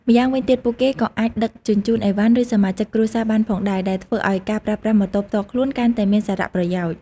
ម្យ៉ាងវិញទៀត ពួកគេក៏អាចដឹកជញ្ជូនអីវ៉ាន់ ឬសមាជិកគ្រួសារបានផងដែរ ដែលធ្វើឱ្យការប្រើប្រាស់ម៉ូតូផ្ទាល់ខ្លួនកាន់តែមានសារៈប្រយោជន៍។